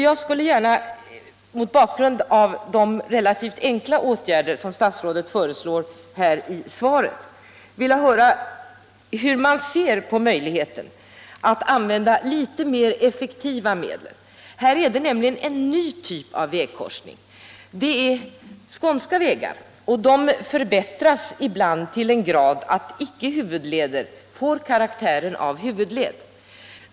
Jag vill gärna — mot bakgrund av de relativt enkla åtgärder som statsrådet föreslår i svaret — höra hur han ser på möjligheten att använda litet mera effektiva medel. Här gäller det nämligen en ny typ av vägkorsning. Det är fråga om skånska vägar, och de förbättras ibland till den grad att icke-huvudled får karaktär av huvudled.